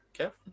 okay